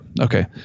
Okay